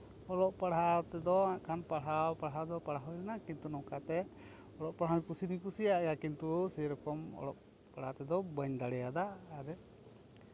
ᱚᱞᱚᱜ ᱯᱟᱲᱦᱟᱣ ᱛᱮᱫᱚ ᱯᱟᱲᱦᱟᱣ ᱫᱚ ᱯᱟᱲᱦᱟᱣ ᱞᱮᱱᱟ ᱠᱤᱱᱛᱩ ᱱᱚᱝᱠᱟ ᱛᱮ ᱚᱞᱚᱜ ᱯᱟᱲᱦᱟᱣ ᱫᱚ ᱠᱩᱥᱤ ᱫᱩᱧ ᱠᱩᱥᱤᱭᱟᱜ ᱜᱮᱭᱟ ᱠᱤᱱᱛᱩ ᱥᱮ ᱨᱚᱠᱚᱢ ᱚᱞᱚᱜ ᱯᱟᱲᱦᱟᱜ ᱛᱮᱫᱚ ᱵᱟᱹᱧ ᱫᱟᱲᱮᱭᱟᱫᱟ